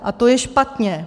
A to je špatně.